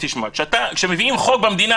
תשמע, כשמביאים חוק במדינה